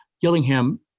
Gillingham